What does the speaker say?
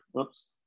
Oops